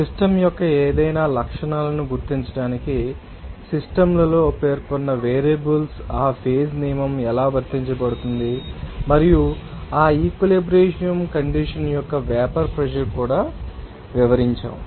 system యొక్క ఏదైనా లక్షణాలను గుర్తించడానికి సిస్టమ్ లలో పేర్కొన్న వేరియబుల్స్కు ఆ ఫేజ్ నియమం ఎలా వర్తించబడుతుంది మరియు ఆ ఈక్వలెబ్రియంకండీషన్ యొక్క వేపర్ ప్రెషర్ కూడా మేము వివరించాము